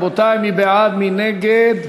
רבותי, מי בעד, מי נגד?